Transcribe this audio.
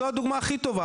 זו הדוגמה הכי טובה,